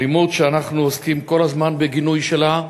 אלימות שאנחנו עוסקים כל הזמן בגינוי שלה,